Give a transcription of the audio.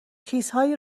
چیزهایی